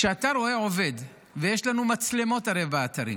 כשאתה רואה עובד, והרי יש לנו מצלמות באתרים,